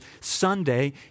Sunday